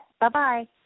Bye-bye